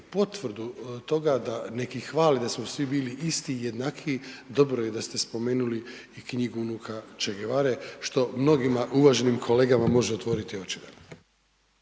potvrdu toga da neki hvale da su svi bili isti, jednakiji, dobro je da ste spomenuli i knjigu unuka Che Guevare, što mnogima, uvaženim kolegama može otvoriti oči.